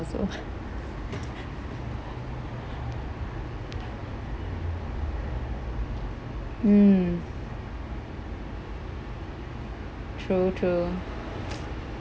also mm true true